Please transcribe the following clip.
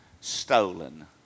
stolen